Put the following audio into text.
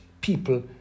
people